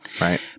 Right